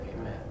Amen